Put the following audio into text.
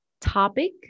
topic